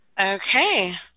Okay